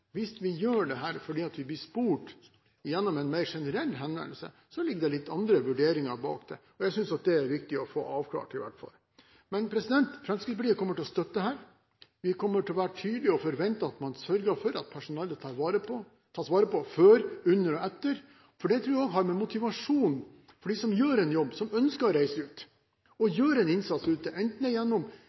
Hvis vi gjør dette fordi vi blir spurt i en mer generell henvendelse, ligger det litt andre vurderinger bak. Jeg synes i hvert fall det er viktig å få avklart det. Men Fremskrittspartiet kommer til å støtte dette. Vi kommer til å være tydelige, og vi kommer til å forvente at personellet blir tatt vare på – før, under og etter – for jeg tror det har noe å gjøre for motivasjonen til dem som gjør en jobb, og til dem som reiser ut og gjør en innsats ute, enten de er